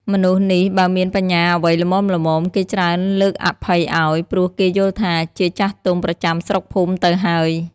មនុស្សនេះបើមានបញ្ហាអ្វីល្មមៗ គេច្រើនលើកអភ័យឲ្យ ព្រោះគេយល់ថា ជាចាស់ទុំប្រចាំស្រុកភូមិទៅហើយ ។